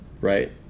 right